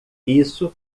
isso